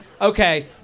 Okay